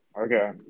Okay